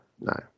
no